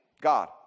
God